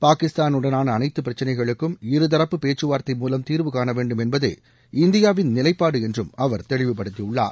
பாகிஸ்தானுடனான அனைத்துப் பிரச்சினைகளுக்கும் இருதரப்பு பேச்சுவார்த்தை மூலம் தீர்வு காண வேண்டும் என்பதே இந்தியாவின் நிலைப்பாடு என்றும் அவர் தெளிவுபடுத்தியுள்ளார்